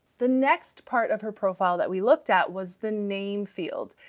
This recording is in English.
the next part of her profile that we looked at was the name field.